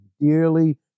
dearly